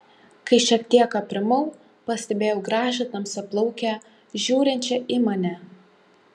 kai šiek tiek aprimau pastebėjau gražią tamsiaplaukę žiūrinčią į mane